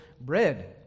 bread